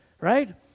right